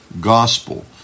gospel